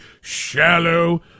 shallow